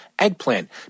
eggplant